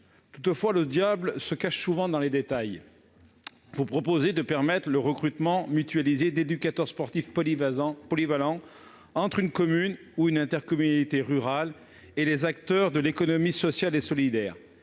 Toutefois, le diable se cache souvent dans les détails. Vous proposez de permettre le recrutement mutualisé d'éducateurs sportifs polyvalents entre une commune ou une intercommunalité rurale et les acteurs de l'économie sociale et solidaire.